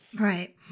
Right